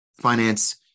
finance